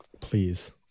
Please